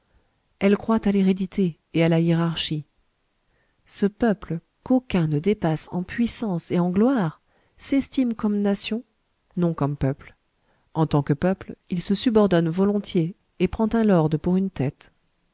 elle croit à l'hérédité et à la hiérarchie ce peuple qu'aucun ne dépasse en puissance et en gloire s'estime comme nation non comme peuple en tant que peuple il se subordonne volontiers et prend un lord pour une tête